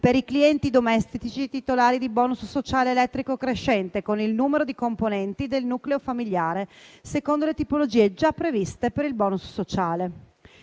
per i clienti domestici titolari di *bonus* sociale elettrico, crescente con il numero di componenti del nucleo familiare secondo le tipologie già previste per il *bonus* sociale.